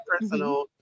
personal